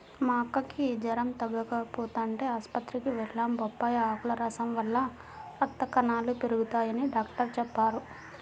మా అక్కకి జెరం తగ్గకపోతంటే ఆస్పత్రికి వెళ్లాం, బొప్పాయ్ ఆకుల రసం వల్ల రక్త కణాలు పెరగతయ్యని డాక్టరు చెప్పారు